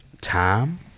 time